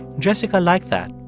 jessica liked that,